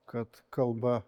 kad kalba